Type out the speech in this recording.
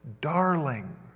darling